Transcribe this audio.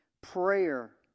prayer